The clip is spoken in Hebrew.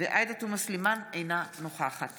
עאידה תומא סלימאן, אינה נוכחת